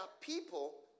people